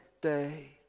day